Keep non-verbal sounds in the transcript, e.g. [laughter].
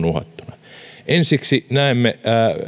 [unintelligible] uhattuna ensiksi näemme